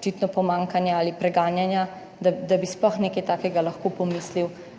očitno pomanjkanja ali preganjanja, da bi sploh nekaj takega lahko pomislil,